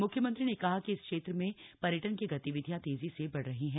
मुख्यमंत्री ने कहा कि इस क्षेत्र में पर्यटन की गतिविधियां तेजी से बढ़ रही है